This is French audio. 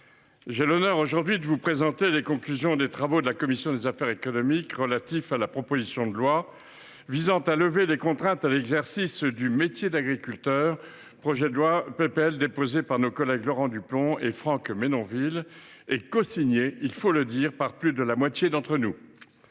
j’ai l’honneur de vous présenter les conclusions des travaux de la commission des affaires économiques relatifs à la proposition de loi visant à lever les contraintes à l’exercice du métier d’agriculteur, déposée par nos collègues Laurent Duplomb et Franck Menonville et cosignée par plus de la moitié d’entre nous.